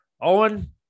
Owen